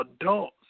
adults